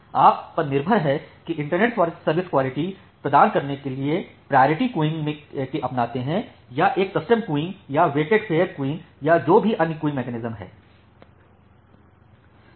आप पर निर्भर है कि इंटरनेट सर्विस क्वालिटी प्रदान करने के लिए प्रायोरिटी क्यूइंग के अपनाते हैं या एक कस्टम क़ुयूइंग या एक वेटेड फेयर क़ुयूइंग या जो भी अन्य क़ुयूइंग मैकेनिज्म है